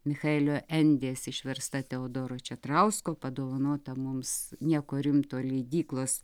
michaelio endės išversta teodoro četrausko padovanota mums nieko rimto leidyklos